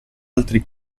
altri